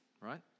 right